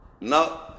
Now